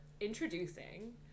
introducing